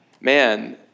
man